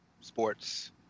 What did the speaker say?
sports